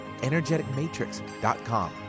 energeticmatrix.com